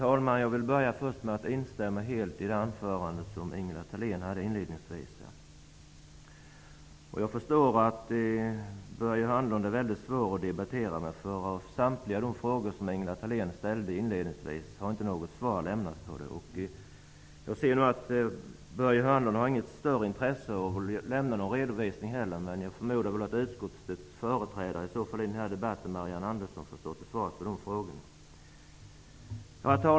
Herr talman! Jag instämmer helt i Ingela Thaléns inledningsanförande. Jag förstår att Börje Hörnlund är väldigt svår att debattera med. Inte på någon av de frågor som Ingela Thalén ställde har något svar lämnats. Jag ser nu att Börje Hörnlund inte har något större intresse av att lämna en redovisning. Jag förmodar att utskottets företrädare i denna debatt, Marianne Andersson, får lämna svar på frågorna.